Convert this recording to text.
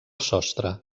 sostre